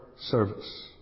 service